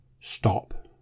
stop